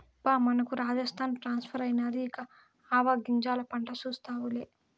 బా మనకు రాజస్థాన్ ట్రాన్స్ఫర్ అయినాది ఇక ఆవాగింజల పంట చూస్తావులే